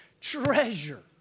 treasure